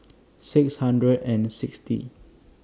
six hundred and sixty